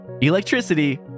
Electricity